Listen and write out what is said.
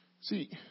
See